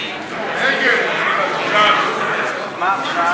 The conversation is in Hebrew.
בדבר תוספת תקציב לא נתקבלו.